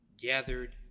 gathered